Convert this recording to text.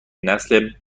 نسل